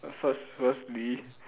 first firstly